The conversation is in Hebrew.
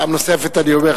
פעם נוספת אני אומר,